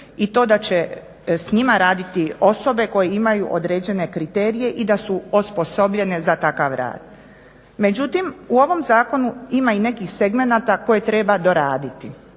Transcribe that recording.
i to da će s njima raditi osobe koje imaju određene kriterije i da su osposobljene za takav rad. Međutim u ovom zakonu ima i nekih segmenata koje treba doraditi.